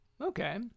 okay